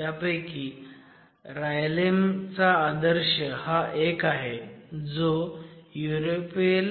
त्यापैकी RILEM चा आदर्श हा एक आहे जे युरोपियन